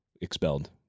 expelled